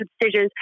decisions